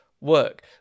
work